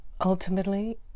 Ultimately